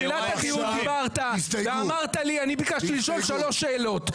בתחילת הדיון דיברת ואני ביקשתי לשאול שלוש שאלות,